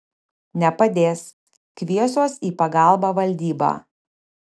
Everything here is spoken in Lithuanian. nepadės kviesiuos į pagalbą valdybą